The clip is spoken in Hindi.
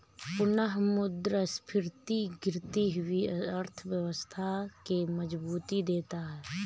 पुनःमुद्रस्फीति गिरती हुई अर्थव्यवस्था के मजबूती देता है